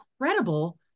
incredible